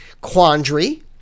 quandary